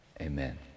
amen